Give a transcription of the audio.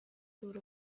دور